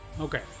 okay